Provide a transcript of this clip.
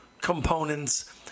components